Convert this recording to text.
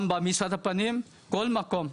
במשרד הפנים, כל מקום.